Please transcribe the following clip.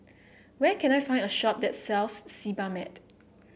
where can I find a shop that sells Sebamed